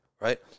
right